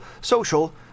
social